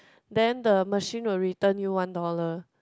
then the machine will return you one dollar